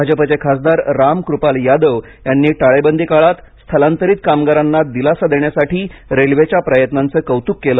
भाजपचे खासदार राम कृपाल यादव यांनी टाळेबंदी काळात स्थलांतरित कामगारांना दिलासा देण्यासाठी रेल्वेच्या प्रयत्नांचे कौतुक केले